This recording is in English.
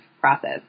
process